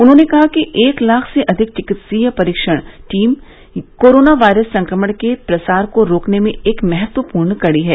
उन्होंने कहा कि एक लाख से अधिक चिकित्सकीय परीक्षण टीम कोरोना वायरस संक्रमण के प्रसार को रोकने में एक महत्वपूर्ण कड़ी है